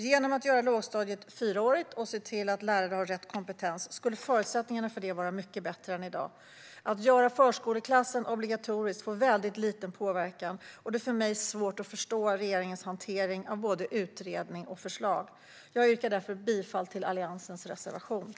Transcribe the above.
Genom att göra lågstadiet fyraårigt och se till att lärarna har rätt kompetens skulle förutsättningarna för detta vara mycket bättre än i dag. Att göra förskoleklassen obligatorisk får väldigt liten påverkan, och det är för mig svårt att förstå regeringens hantering av både utredning och förslag. Jag yrkar därför bifall till reservationerna 1 och 2 från Alliansen.